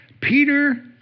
Peter